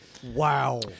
Wow